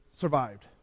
survived